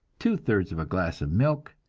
two-thirds of a glass of milk,